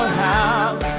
house